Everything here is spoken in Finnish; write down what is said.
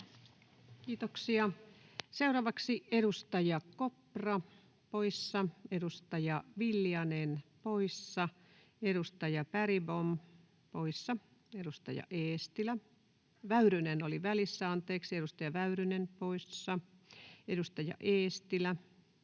Kiitoksia. — Seuraavaksi edustaja Kopra, poissa. Edustaja Viljanen, poissa. Edustaja Bergbom, poissa. Edustaja Eestilä — Väyrynen oli välissä, anteeksi. Edustaja Väyrynen, poissa. — Edustaja Eestilä,